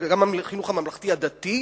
אלא גם החינוך הממלכתי-דתי,